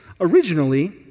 originally